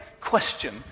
question